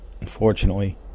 unfortunately